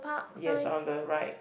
yes on the right